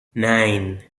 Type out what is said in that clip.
nine